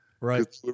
Right